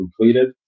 completed